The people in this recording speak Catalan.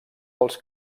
dels